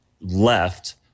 left